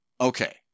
okay